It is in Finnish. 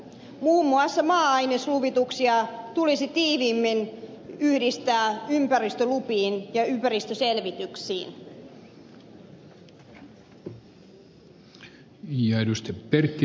muun muassa maa ainesluvituksia tulisi tiiviimmin yhdistää ympäristölupiin ja ympäristöselvityksiin